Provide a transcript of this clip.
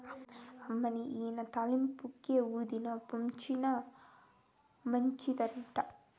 అమ్మనీ ఇయ్యి తాలింపుకే, ఊదినా, నొప్పొచ్చినా మంచిదట